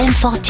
M40